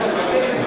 נתניהו,